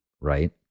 right